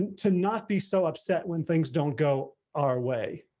to not be so upset when things don't go our way,